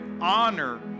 honor